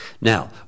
Now